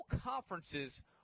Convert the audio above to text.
conferences